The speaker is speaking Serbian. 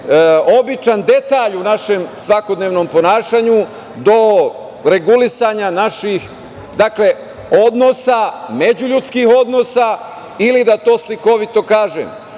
običan detalj u našem svakodnevnom ponašanju, do regulisanja naših odnosa, međuljudskih odnosa, ili da to slikovito kažem,